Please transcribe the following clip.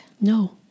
No